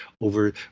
over